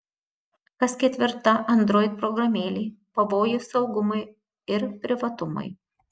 kas ketvirta android programėlė pavojus saugumui ir privatumui